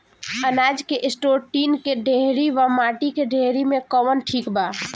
अनाज के store tin के डेहरी व माटी के डेहरी मे कवन ठीक बा?